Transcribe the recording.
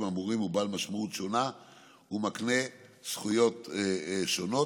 האמורים הוא בעל משמעות שונה ומקנה זכויות שונות.